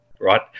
right